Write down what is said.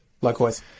Likewise